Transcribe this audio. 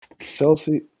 Chelsea